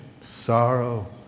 sorrow